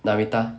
narita